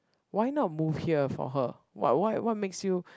why not move here for her !wah! what makes you